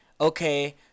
okay